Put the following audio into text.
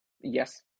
Yes